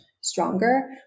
stronger